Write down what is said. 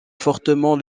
fortement